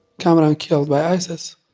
kamaran killed by isis.